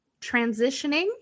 transitioning